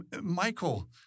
Michael